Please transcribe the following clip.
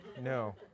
No